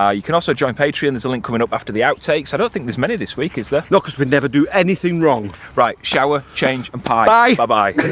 ah you can also join patreon, there's a link coming up after the outtakes. i don't think there's many this week, is there? no, because we never do anything wrong. right, shower, change and pie. bye